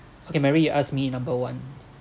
okay mary you ask me number one